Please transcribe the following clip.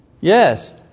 Yes